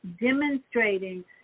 demonstrating